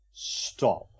Stop